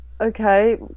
okay